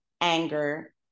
anger